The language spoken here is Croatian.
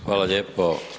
Hvala lijepo.